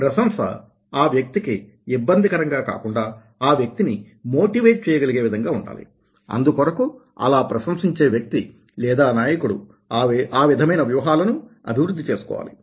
ప్రశంస ఆ వ్యక్తికి ఇబ్బందికరంగా కాకుండా ఆ వ్యక్తిని మోటివేట్ చేయగలిగే విధంగా ఉండాలి అందుకొరకు అలా ప్రశంసించే వ్యక్తి లేదా నాయకుడు ఆ విధమైన వ్యూహాలను అభివృద్ధి చేసుకోవాలి